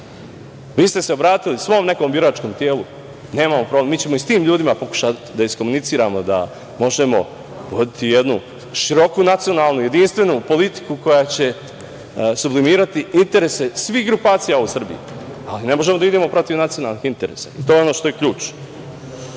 ste se obratili svom nekom biračkom telu, nemamo problem, mi ćemo i s tim ljudima pokušavati da iskomuniciramo, da možemo voditi jednu široku nacionalnu jedinstvenu politiku koja će sublimirati interese svih grupacija u Srbiji, ali ne možemo da idemo protiv nacionalnih interesa i to je ono što je ključ. Vidim